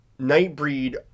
Nightbreed